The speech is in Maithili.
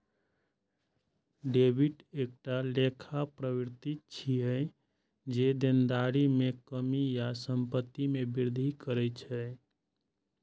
डेबिट एकटा लेखा प्रवृष्टि छियै, जे देनदारी मे कमी या संपत्ति मे वृद्धि करै छै